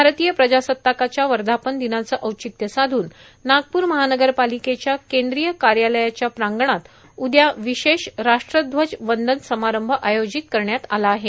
भारतीय प्रजासत्ताकाच्या वर्धापन दिनाचं औचित्य साधून नागप्र महानगरपालिकेच्या केंद्रीय कार्यालयाच्या प्रांगणात उदया विशेष राष्ट्रध्वज वंदन समारंभ आयोजित करण्यात आला आहे